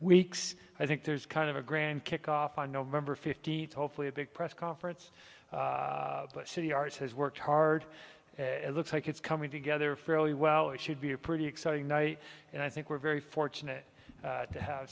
weeks i think there's kind of a grand kickoff on november fifteenth hopefully a big press conference but city arts has worked hard and it looks like it's coming together fairly well it should be a pretty exciting night and i think we're very fortunate to have